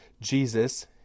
Jesus